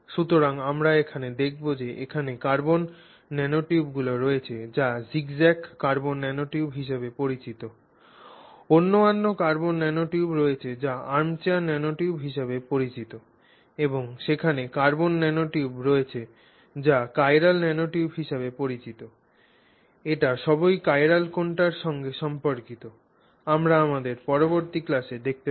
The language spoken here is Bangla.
সুতরাং আমরা এখানে দেখব যে এখানে কার্বন ন্যানোটিউবগুলি রয়েছে যা জিগজ্যাগ কার্বন ন্যানোটিউব হিসাবে পরিচিত অন্যান্য কার্বন ন্যানোটিউব রয়েছে যা আর্মচেয়ার ন্যানোটিউব হিসাবে পরিচিত এবং সেখানে কার্বন ন্যানোটিউব রয়েছে যা চিরাল ন্যানোটিউব হিসাবে পরিচিত এটি সবই চিরাল কোণটি্র সঙ্গে সম্পর্কিত আমরা আমাদের পরবর্তী ক্লাসে দেখতে পাব